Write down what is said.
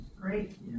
Great